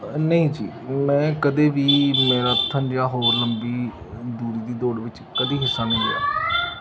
ਨਹੀਂ ਜੀ ਮੈਂ ਕਦੇ ਵੀ ਮੈਰਾਥੋਂਨ ਜਾਂ ਹੋਰ ਲੰਬੀ ਦੂਰੀ ਦੀ ਦੌੜ ਵਿੱਚ ਕਦੇ ਹਿੱਸਾ ਨਹੀਂ ਲਿਆ